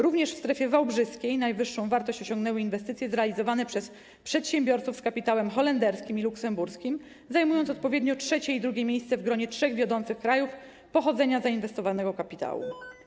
Również w strefie wałbrzyskiej najwyższą wartość osiągnęły inwestycje zrealizowane przez przedsiębiorców z kapitałem holenderskim i luksemburskim, zajmując odpowiednio trzecie i drugie miejsce w gronie trzech wiodących krajów pochodzenia zainwestowanego kapitału.